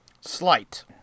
Slight